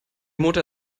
motor